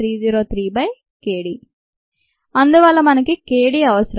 303kd అందువల్ల మనకు k d అవసరం